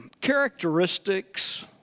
characteristics